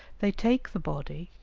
they take the body,